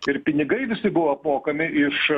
ir pinigai visi buvo apmokami iš